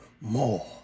more